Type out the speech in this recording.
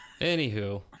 anywho